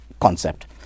concept